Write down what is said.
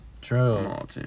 True